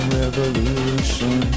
revolution